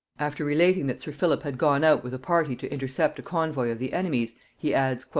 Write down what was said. after relating that sir philip had gone out with a party to intercept a convoy of the enemy's, he adds,